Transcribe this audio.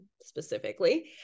specifically